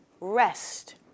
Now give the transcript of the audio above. rest